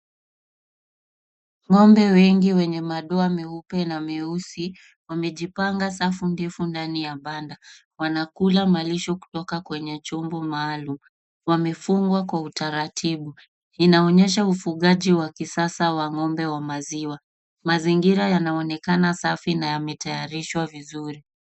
Ng`ombe wengi wenye madoa meupe na meusi wamejipanga safu ndefu ndani ya banda wanakula malisho kutoka kwenye chombo maalum. Wamefungwa kwa utaratibu inaonyesha ufugaji wa kisasa wa ng`ombe wa maziwa. Mazingira yanaonekana safi na yametayarishwa vizuri.